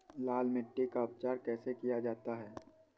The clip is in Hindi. लाल मिट्टी का उपचार कैसे किया जाता है?